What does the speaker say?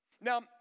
Now